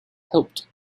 helped